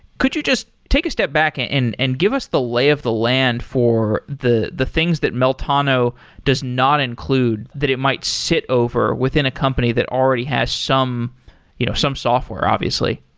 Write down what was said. could you just take a step back and and and give us the lay of the land for the the things that meltano does not include, that it might sit over within a company that already has some you know some software obviously?